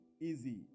easy